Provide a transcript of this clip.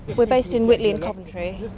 we're based in whitley in coventry.